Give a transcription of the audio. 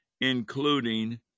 including